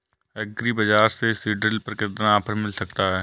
Agree bazaar से seed drill पर कितना ऑफर मिल सकता है?